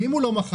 ואם הוא לא מכר?